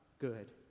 good